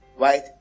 right